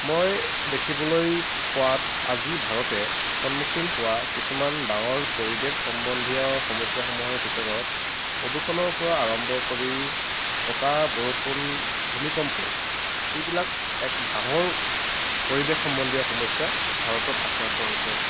মই দেখিবলৈ পোৱাত আজি ভাৰতে সন্মুখীন হোৱা কিছুমান ডাঙৰ পৰিৱেশ সম্বন্ধীয় সমস্যাসমূহৰ ভিতৰত প্ৰদূষণৰ পৰা আৰম্ভ কৰি বতাহ বৰষুণ ভূমিকম্প এইবিলাক এক ডাঙৰ পৰিৱেশ সম্বন্ধীয় সমস্যা ভাৰতত আক্ৰান্ত হৈছে